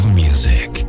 music